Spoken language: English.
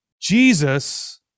Jesus